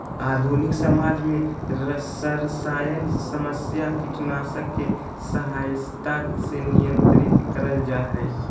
आधुनिक समाज में सरसायन समस्या कीटनाशक के सहायता से नियंत्रित करल जा हई